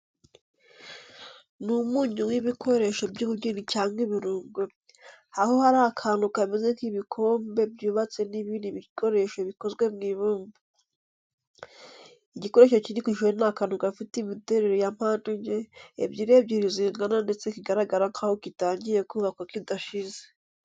Ni umunyu w'ibikoresho by'ubugeni cyangwa ibirungo, aho hari akantu kameze nk'ibikombe byubatse n'ibindi bikoresho bikozwe mu ibumba. Igikoresho kiri ku ishusho ni akantu gafite imiterere ya mpande enye, ebyiri ebyiri zingana ndetse kigaragara nk'aho kitangiye kubakwa kidashize.